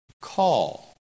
call